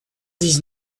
dix